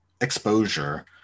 exposure